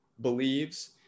believes